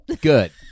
Good